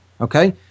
Okay